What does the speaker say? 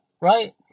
right